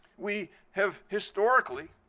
we have historically,